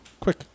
Quick